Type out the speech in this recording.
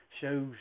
shows